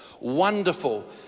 Wonderful